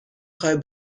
خوای